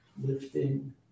lifting